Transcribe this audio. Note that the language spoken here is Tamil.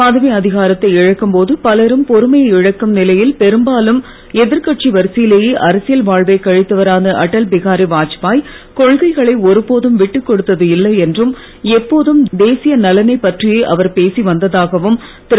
பதவி அதிகாரத்தை இழக்கும்போது பலரும் பொறுமையை இழக்கும் நிலையில் பெரும்பாலும் எதிர்க்கட்சி வரிசையிலேயே அரசியல் வாழ்வை கழித்தவரான அட்டல் பிஹாரி வாஜ்பாய் கொள்கைகளை ஒருபோதும் விட்டுகொடுத்தது இல்லை என்றும் எப்போதும் தேசிய நலனை பற்றியே அவர் பேசி வந்ததாகவும் திரு